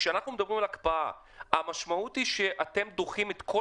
כשאנחנו מדברים על הקפאה המשמעות היא שאתם דוחים את כל